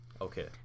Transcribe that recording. Okay